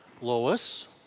Lois